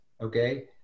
okay